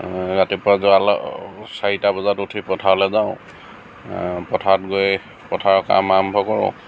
ৰাতিপুৱা যোৱা ল চাৰিটা বজাত উঠি পথাৰলৈ যাওঁ পথাৰত গৈ পথাৰৰ কাম আৰম্ভ কৰোঁ